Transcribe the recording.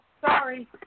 Sorry